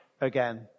again